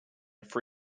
for